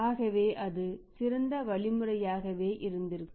ஆகவே அது சிறந்த வழி முறையாகவே இருந்திருக்கும்